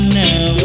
now